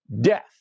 death